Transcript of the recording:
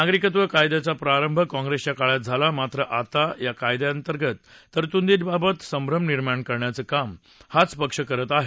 नागरिकत्व कायदयाचा प्रारंभ काँग्रेसच्या काळातच झाला मात्र आता या कायदयातल्या तरत्दींबाबत संभ्रम निर्माण करण्याचं काम हाच पक्ष करत आहे